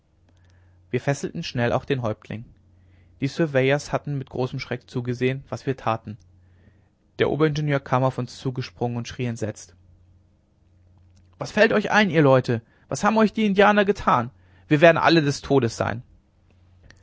wir fesselten schnell auch den häuptling die surveyors hatten mit großem schreck gesehen was wir taten der oberingenieur kam auf uns zugesprungen und schrie entsetzt was fällt euch ein ihr leute was haben euch die indianer getan wir werden alle des todes sein